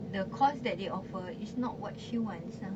the course that they offer is not what she wants ah